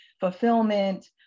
fulfillment